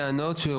תשמע.